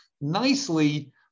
nicely